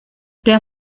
der